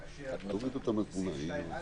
כאשר בסעיף 2(א)